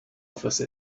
office